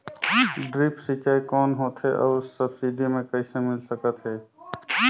Drip सिंचाई कौन होथे अउ सब्सिडी मे कइसे मिल सकत हे?